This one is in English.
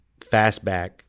fastback